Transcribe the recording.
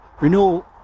Renewal